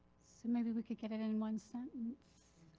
so maybe we could get it in one sentence.